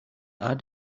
are